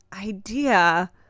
idea